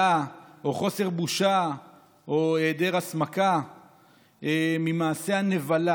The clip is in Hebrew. או חוסר בושה או היעדר הסמקה ממעשה הנבלה